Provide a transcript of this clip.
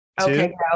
Okay